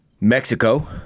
Mexico